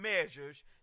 measures